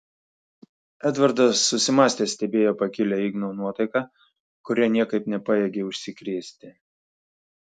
edvardas susimąstęs stebėjo pakilią igno nuotaiką kuria niekaip nepajėgė užsikrėsti